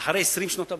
אחרי 20 שנות עבודה,